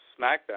SmackDown